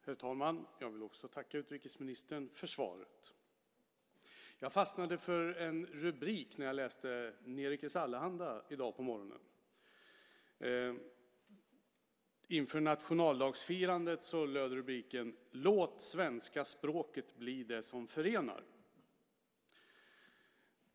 Herr talman! Jag vill också tacka utrikesministern för svaret. Jag fastnade för en rubrik när jag läste Nerikes Allehanda i dag på morgonen. Inför nationaldagsfirandet löd rubriken: "Låt svenska språket bli det som förenar!"